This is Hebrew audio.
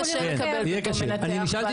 זה יהיה קצת קשה לקבל את אותו מנתח בסיטואציה החדשה.